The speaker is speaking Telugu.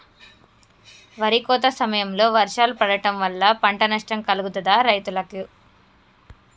వరి కోత సమయంలో వర్షాలు పడటం వల్ల పంట నష్టం కలుగుతదా రైతులకు?